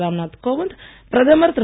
ராம் நாத் கோவிந்த் பிரதமர் திரு